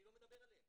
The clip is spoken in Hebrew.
אני לא מדבר עליהם.